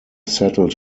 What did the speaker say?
settled